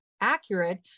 accurate